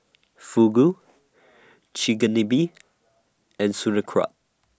Fugu Chigenabe and through kraut